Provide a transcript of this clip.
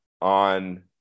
on